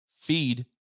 Feed